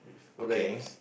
friends